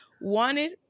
wanted